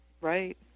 Right